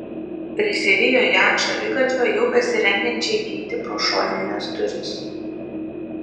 prisivijo ją ant šaligatvio jau besirengiančią įeiti pro šonines duris